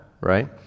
right